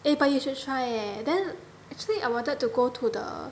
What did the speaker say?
eh but you should try eh then actually I wanted to go to the